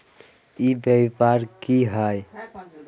ई व्यापार की हाय?